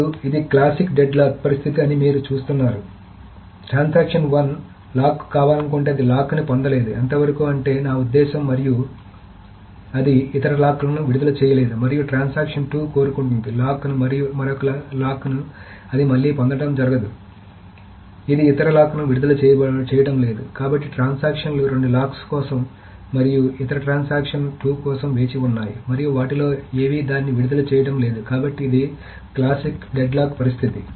ఇప్పుడు ఇది classic deadlock పరిస్థితి అని మీరు చూస్తున్నారు ట్రాన్సాక్షన్ 1 లాక్ కావాలనుకుంటే అది లాక్ ను పొందలేదు ఎంతవరకు అంటే నా ఉద్దేశ్యం మరియు అది ఇతర లాక్ లను విడుదల చేయలేదు మరియు ట్రాన్సాక్షన్ 2 కోరుకుంటుంది లాక్ను మరొక లాక్ను అది మళ్లీ పొందండం జరగదు కాబట్టి ఇది ఇతర లాక్ను విడుదల చేయడం లేదు ట్రాన్సాక్షన్లు రెండు లాక్స్ కోసం మరియు ఇతర ట్రాన్సాక్షన్ 2 కోసం వేచి ఉన్నాయి మరియు వాటిలో ఏవీ దాన్ని విడుదల చేయడం లేదు ఇది క్లాసిక్ డెడ్లాక్ పరిస్థితి